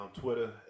Twitter